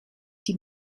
die